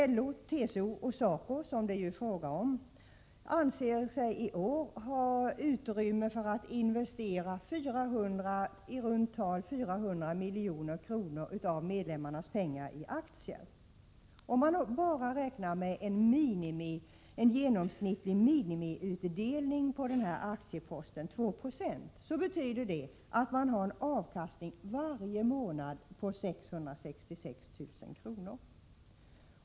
LO, TCO och SACO, som det ju är fråga om, anser 7 Prot. 1987/88:90 = sigiårha utrymme för att investera i runt tal 400 milj.kr. av medlemmarnas 23 mars 1988 pengar i aktier. Om man endast räknar med en genomsnittlig minimiutdel =—— ning på denna aktiepost, 2 26, betyder det att avkastningen varje månad är Anslag Bllsengala och (666 000 kr.